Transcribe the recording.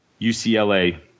UCLA